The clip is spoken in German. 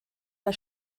der